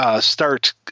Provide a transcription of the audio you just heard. Start